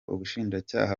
ubushinjacyaha